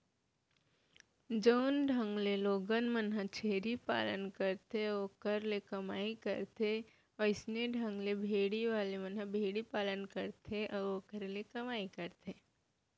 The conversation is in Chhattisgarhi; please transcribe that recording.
जउन ढंग ले लोगन मन ह छेरी पालथे अउ ओखर ले कमई करथे वइसने ढंग ले भेड़ी वाले मन ह भेड़ी पालन करथे अउ ओखरे ले कमई करथे